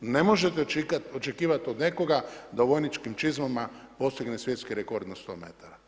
Ne možete očekivati od nekoga da u vojničkim čizmama postigne svjetski rekord na sto metara.